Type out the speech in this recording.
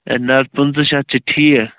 ہے نہَ حظ پٕنٛژٕ شَتھ چھُ ٹھیٖک